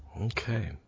okay